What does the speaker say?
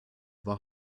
war